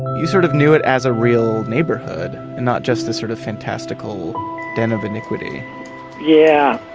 you sort of knew it as a real neighborhood, and not just a sort of fantastical den of iniquity yeah,